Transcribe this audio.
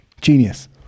Genius